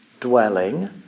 dwelling